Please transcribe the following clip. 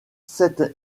sept